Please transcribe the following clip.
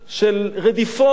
של רדיפות,